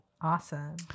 Awesome